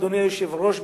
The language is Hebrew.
אדוני היושב-ראש,